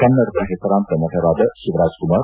ಕನ್ನಡದ ಪೆಸರಾಂತ ನಟರಾದ ಶಿವರಾಜ್ಕುಮಾರ್